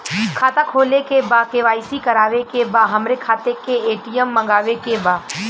खाता खोले के बा के.वाइ.सी करावे के बा हमरे खाता के ए.टी.एम मगावे के बा?